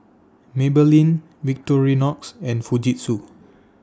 Maybelline Victorinox and Fujitsu